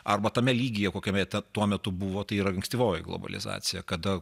arba tame lygyje kokiame ta metu buvo tai yra ankstyvoji globalizacija kada